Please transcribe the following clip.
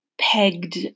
pegged